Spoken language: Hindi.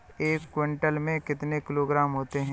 एक क्विंटल में कितने किलोग्राम होते हैं?